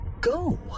go